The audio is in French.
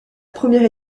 première